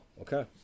Okay